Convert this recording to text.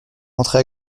entrer